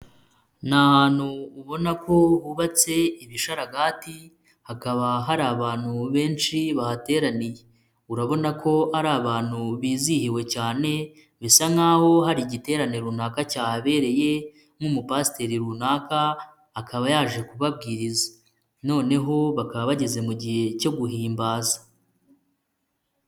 Ni hantu ubona ko hubatse ibisharagati hakaba hari abantu benshi bahateraniye urabona ko ari abantu bizihiwe cyane bisa nkaho hari igiterane runaka cyababereye nk'umupasiteri runaka akaba yaje kubabwiriza noneho bakaba bageze mu gihe cyo guhimbaza.